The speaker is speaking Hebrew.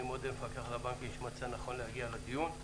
אני מודה למפקח על הבנקים שמצא לנכון להגיע לדיון.